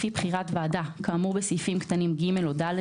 לפי בחירת ועדה כאמור בסעיפים קטנים (ג) או (ד),